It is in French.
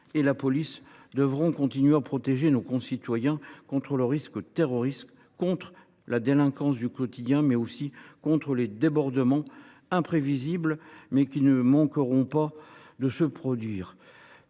et la police devront continuer à protéger nos concitoyens contre le risque terroriste, contre la délinquance du quotidien, mais aussi contre les débordements qui, quoique imprévisibles, ne manqueront pas de se produire.